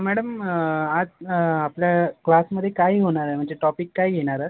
madam आज आपल्या क्लासमध्ये काय होणार आहे म्हणजे टॉपिक काय घेणार आहात